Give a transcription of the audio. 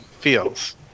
feels